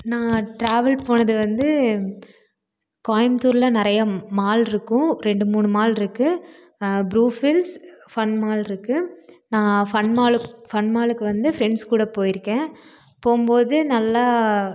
நான் டிராவல் போனது வந்து கோயம்புத்தூரில் நிறையா மால் இருக்கும் ரெண்டு மூணு மால் இருக்கு ப்ரூஃபில்ஸ் ஃபன் மால் இருக்கு நான் ஃபன் மாலுக் ஃபன் மாலுக்கு வந்து ஃப்ரெண்ட்ஸ் கூட போய்ருக்கேன் போகும்போது நல்லா